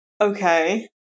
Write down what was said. okay